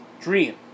dream